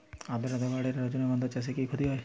আদ্রর্তা বাড়লে রজনীগন্ধা চাষে কি ক্ষতি হয়?